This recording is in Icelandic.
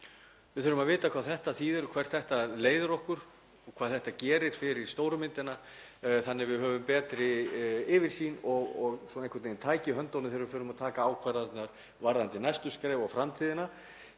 Við þurfum að vita hvað þetta þýðir, hvert þetta leiðir okkur, hvað þetta gerir fyrir stóru myndina þannig að við höfum betri yfirsýn og tæki í höndunum þegar við förum að taka ákvarðanirnar varðandi næstu skref og framtíðina